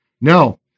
Now